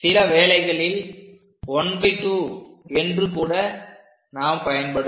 சிலவேளைகளில் 12 என்று கூட நாம் பயன்படுத்தலாம்